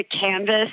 canvas